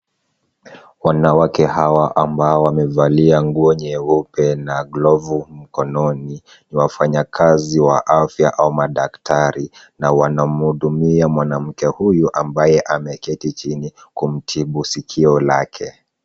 Wanawake hawa ambao wamevalia nguo nyeupe na glavu mkononi ni wafanyakazi wa afya au madaktari na wanamhudumia mwanamke huyu ambaye ameketi chini, kumtibu sikio lake.